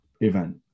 event